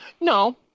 No